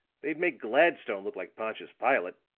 they'd make gladstone look like pontius pilate.